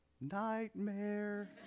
Nightmare